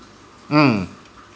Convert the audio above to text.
mm